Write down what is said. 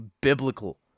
biblical